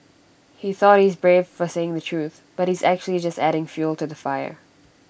he thought he's brave for saying the truth but he's actually just adding fuel to the fire